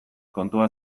kontua